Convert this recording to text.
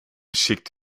schickt